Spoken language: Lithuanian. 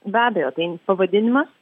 be abejo tai pavadinimas